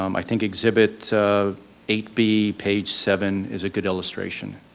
um i think exhibit eight b, page seven, is a good illustration.